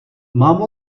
mám